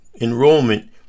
enrollment